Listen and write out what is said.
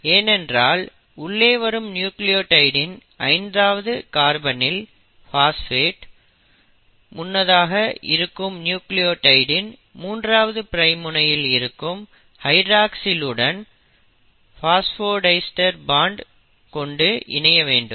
ஏனென்றால் உள்ளே வரும் நியூக்ளியோடைடின் 5ஆவது கார்பனில் பாஸ்பேட் முன்னதாக இருக்கும் நியூக்ளியோடைடின் 3ஆவது பிரைம் முனையில் இருக்கும் ஹைட்ராக்ஸில் உடன் பாஸ்போடைஸ்டர் பாண்ட் கொண்டு இணைய வேண்டும்